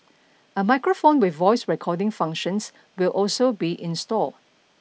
a microphone with voice recording functions will also be installed